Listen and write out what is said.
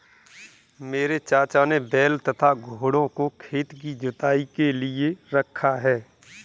मेरे चाचा ने बैल तथा घोड़ों को खेत की जुताई के लिए रखा है